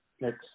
next